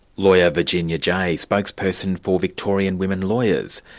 lawyer, virginia jay, spokesperson for victorian women lawyers.